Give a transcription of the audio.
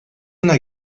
una